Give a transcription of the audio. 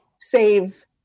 save